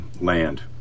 land